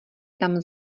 tam